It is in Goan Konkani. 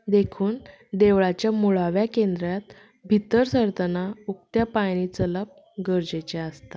देखून देवळाचें मुळावें केंद्राक भितर सरतना उकत्या पांयांनी चलप गरजेचें आसता